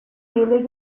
ile